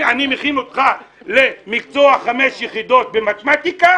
אני מכין אותך למקצוע חמש יחידות במתמטיקה,